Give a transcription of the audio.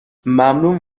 ممنون